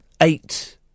eight